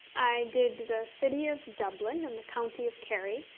i did the city of dublin, and the county of kerry,